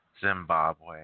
Zimbabwe